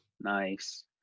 Nice